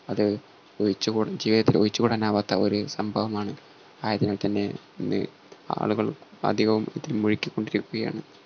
അത് ഒഴിച്ച് ജീവിതത്തിൽ ഒഴിച്ചു കൂടാനാവാത്ത ഒരു സംഭവമാണ് ആയതിനാൽ തന്നെ ഇന്ന് ആളുകൾ അധികവും ഇതിൽ മുഴുകി കൊണ്ടിരിക്കുകയാണ്